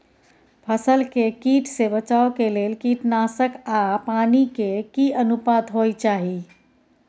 फसल के कीट से बचाव के लेल कीटनासक आ पानी के की अनुपात होय चाही?